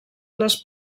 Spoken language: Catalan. les